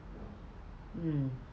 mm